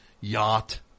yacht